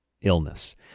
illness